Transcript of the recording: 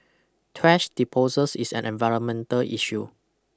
thrash disposals is an environmental issue